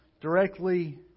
directly